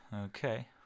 okay